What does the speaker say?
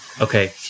Okay